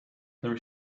there